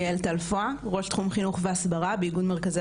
אני ראש תחום חינוך והסברה באיגוד מרכזי